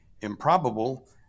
improbable